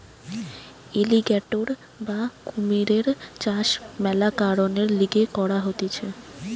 alligator বা কুমিরের চাষ মেলা কারণের লিগে করা হতিছে